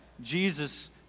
Jesus